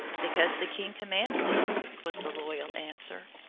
because the king commanded it, was the loyal answer,